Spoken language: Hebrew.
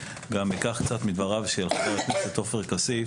ואקח גם קצת מדבריו של חבר הכנסת עופר כסיף